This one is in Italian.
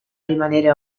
rimanere